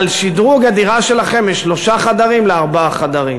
על שדרוג הדירה שלכם משלושה חדרים לארבעה חדרים.